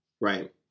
Right